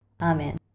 Amen